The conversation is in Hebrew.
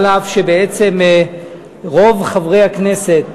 אף שבעצם רוב חברי הכנסת